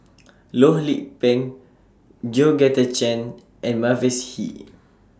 Loh Lik Peng Georgette Chen and Mavis Hee